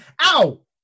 ow